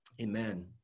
Amen